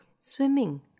swimming